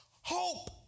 Hope